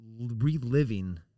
reliving